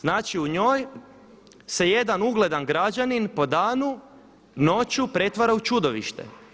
Znači u njoj se jedan ugledan građanin po danu noću pretvara u čudovište.